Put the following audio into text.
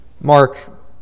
Mark